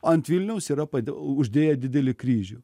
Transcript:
ant vilniaus yra pade uždėję didelį kryžių